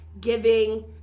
giving